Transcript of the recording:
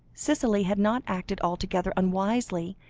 cicely had not acted altogether unwisely,